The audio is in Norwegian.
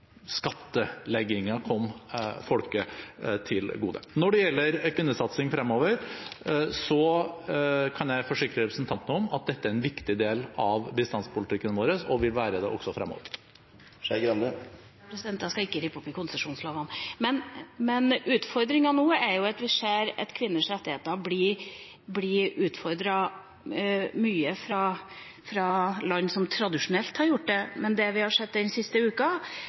kom folket til gode. Når det gjelder kvinnesatsing fremover, kan jeg forsikre representanten om at dette er en viktig del av bistandspolitikken vår og vil være det også fremover. Jeg skal ikke rippe opp i konsesjonslovene. Utfordringen nå er at vi ser at kvinners rettigheter blir utfordret – mye fra land som tradisjonelt har gjort det, men det vi har sett den siste uka,